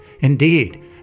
Indeed